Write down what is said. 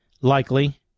likely